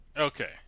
Okay